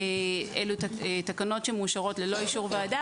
אלה תקנות שמאושרות ללא אישור ועדה